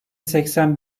seksen